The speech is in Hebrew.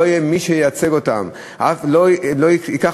לא יהיה מי שייצג אותם,